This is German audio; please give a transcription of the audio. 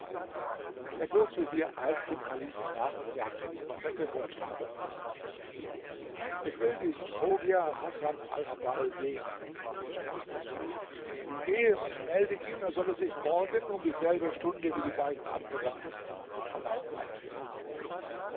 der großvezier eilte dem kalifen nach und sagte ihm was er gehört hatte ich will diesen chogia hassan alhabbal sehen sprach der kalif gehe und melde ihm er solle sich morgen um dieselbe stunde wie die beiden anderen in dem palast einfinden